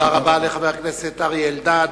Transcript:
תודה רבה לחבר הכנסת אריה אלדד.